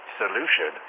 solution